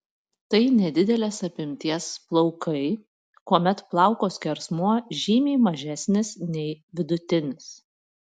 tai nedidelės apimties plaukai kuomet plauko skersmuo žymiai mažesnis nei vidutinis